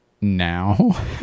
now